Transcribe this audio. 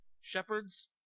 Shepherds